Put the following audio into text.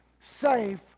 safe